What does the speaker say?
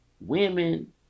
women